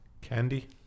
Candy